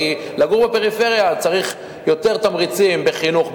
כי כדי לגור בפריפריה צריך יותר תמריצים בחינוך,